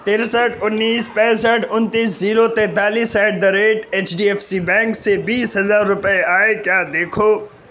ترسٹھ انیس پینسٹھ انتیس زیرو تینتالیس at the rate H D F C bank سے بیس ہزار روپے آئے کیا دیکھو